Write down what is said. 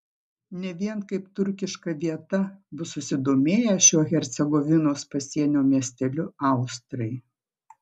ne vien kaip turkiška vieta bus susidomėję šiuo hercegovinos pasienio miesteliu austrai